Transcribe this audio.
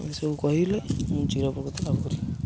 ଏସବୁ କହିଲେ ମୁଁ ଚିରୋପ୍ରକୃତ ହେଇପାରିବି